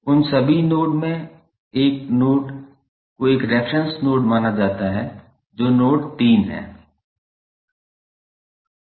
उन सभी नोड में से एक नोड को एक रेफेरेंस नोड माना जाता है जो नोड 3 है